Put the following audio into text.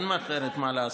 אחרת אין להם מה לעשות.